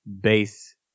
base